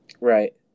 Right